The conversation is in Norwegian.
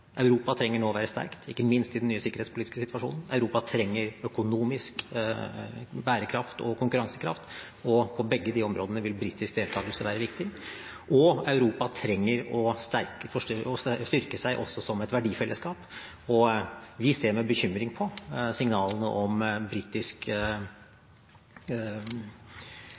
nå trenger å være sterkt, ikke minst i den nye sikkerhetspolitiske situasjonen. Europa trenger økonomisk bærekraft og konkurransekraft, og på begge de områdene vil britisk deltakelse være viktig. Europa trenger å styrke seg også som et verdifellesskap. Vi ser med bekymring på signalene om britisk